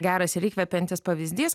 geras ir įkvepiantis pavyzdys